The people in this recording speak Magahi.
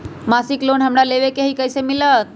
मासिक लोन हमरा लेवे के हई कैसे मिलत?